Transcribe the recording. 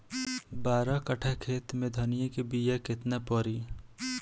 बारह कट्ठाखेत में धनिया के बीया केतना परी?